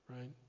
right